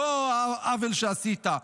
לא העוול שעשית.